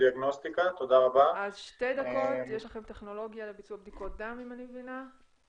יש לכם טכנולוגיה לביצוע בדיקות דם אם אני מבינה.